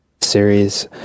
series